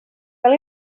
cal